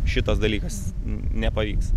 šitas dalykas nepavyks